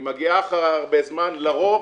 היא מגיעה אחרי הרבה זמן, לרוב,